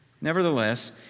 Nevertheless